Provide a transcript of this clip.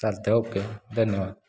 चालत आहे ओके धन्यवाद